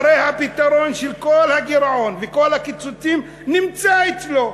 הרי הפתרון של כל הגירעון וכל הקיצוצים נמצא אצלו.